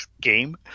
Game